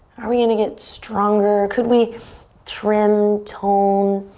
are we gonna get stronger? could we trim, tone,